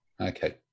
Okay